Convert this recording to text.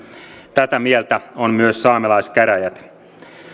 tätä mieltä on myös saamelaiskäräjät